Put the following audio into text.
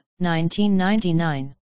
1999